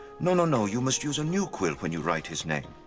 no, no, no! you must use a new quill when you write his name.